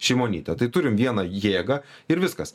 šimonyte tai turim vieną jėgą ir viskas